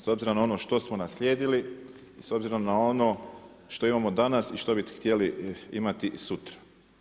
S obzirom na ono što smo naslijedili i s obzirom na ono što imamo danas i što bi htjeli imati i sutra.